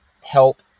help